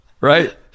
Right